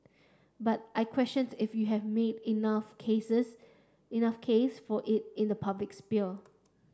but I questioned if you have made enough cases enough case for it in the public sphere